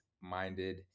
minded